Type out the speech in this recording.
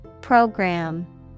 Program